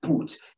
put